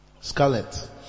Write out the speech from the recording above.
Scarlet